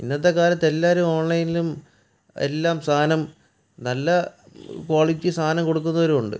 ഇന്നത്തെ കാലത്ത് എല്ലാവരും ഓൺലൈനിലും എല്ലാം സാധനം നല്ല ക്വാളിറ്റി സാധനം കൊടുക്കുന്നവരും ഉണ്ട്